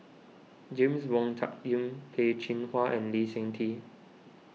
James Wong Tuck Yim Peh Chin Hua and Lee Seng Tee